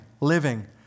living